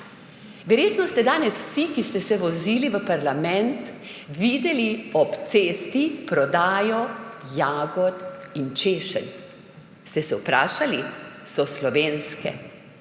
Verjetno ste danes vsi, ki ste se vozili v parlament, videli ob cesti prodajo jagod in češenj. Ste se vprašali, ali so slovenske?